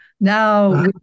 now